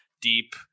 deep